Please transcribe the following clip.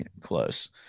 Close